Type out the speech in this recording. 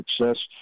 success